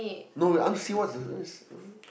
no wait I want to see what's the uh